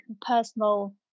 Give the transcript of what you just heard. personal